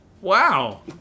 Wow